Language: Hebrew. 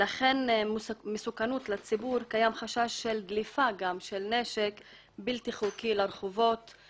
לכן יש מסוכנות לציבור וקיים חשש של דליפה של נשק בלתי חוקי לרחובות.